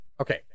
Okay